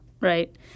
right